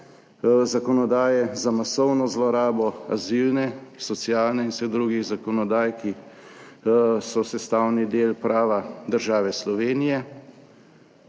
zakonodaje, za masovno zlorabo azilne, socialne in vseh drugih zakonodaj, ki so sestavni del prava države Slovenije,